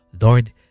Lord